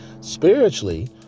spiritually